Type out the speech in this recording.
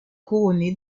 couronnée